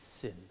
sin